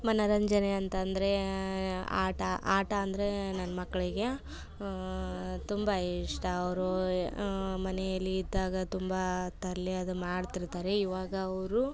ಮನರಂಜನೆ ಅಂತಂದ್ರೆ ಆಟ ಆಟ ಅಂದರೆ ನನ್ನ ಮಕ್ಕಳಿಗೆ ತುಂಬ ಇಷ್ಟ ಅವ್ರು ಮನೆಯಲ್ಲಿ ಇದ್ದಾಗ ತುಂಬ ತರಲೆ ಅದು ಮಾಡ್ತಿರ್ತಾರೆ ಇವಾಗ ಅವರು